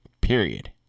Period